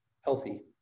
healthy